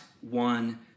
one